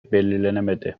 belirlenemedi